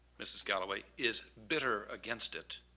mrs. galloway, is bitter against it.